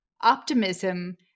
optimism